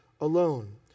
alone